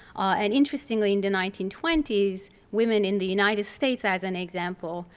and interestingly, in the nineteen twenty s, women in the united states as an example,